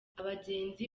abagenzi